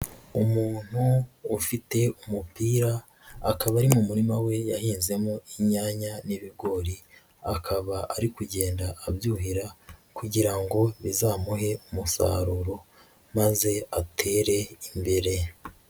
Umuntu ufite umupira akaba ari mu murima we yahinzemo imyanya n'ibigori, akaba ari kugenda abyuhira kugira ngo bizamuhe umusaruro maze atere imbere.